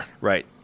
Right